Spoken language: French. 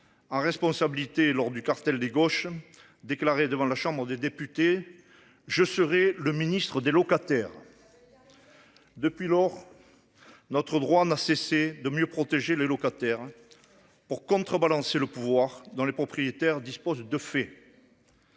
en responsabilité lors du Cartel des gauches déclaré devant la Chambre des députés. Je serai le ministre des locataires. Depuis lors. Notre droit n'a cessé de mieux protéger les locataires. Pour contrebalancer le pouvoir dans les propriétaires disposent de fait.